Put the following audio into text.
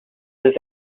this